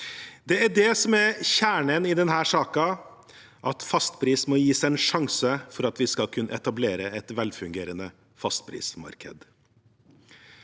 fastprismarked kjernen i denne saken; at fastpris må gis en sjanse for at vi skal kunne etablere et velfungerende fastprismarked.